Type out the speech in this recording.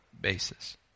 basis